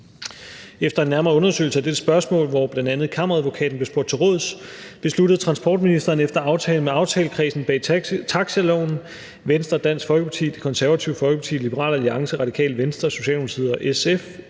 Efter en nærmere undersøgelse af dette spørgsmål, hvor bl.a. Kammeradvokaten blev spurgt til råds, besluttede transportministeren efter aftale med aftalekredsen bag taxiloven – Venstre, Dansk Folkeparti, Det Konservative Folkeparti, Liberal Alliance, Radikale Venstre, Socialdemokratiet og SF